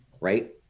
right